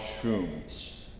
tombs